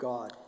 God